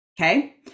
Okay